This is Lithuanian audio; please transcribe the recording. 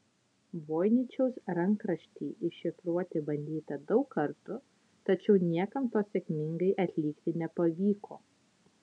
voiničiaus rankraštį iššifruoti bandyta daug kartų tačiau niekam to sėkmingai atlikti nepavyko